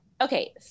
Okay